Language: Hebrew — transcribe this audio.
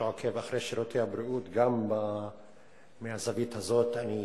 שעוקב אחרי שירותי הבריאות גם מהזווית הזאת, אני